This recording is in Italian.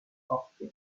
coppie